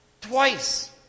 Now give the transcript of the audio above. Twice